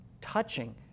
touching